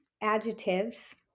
adjectives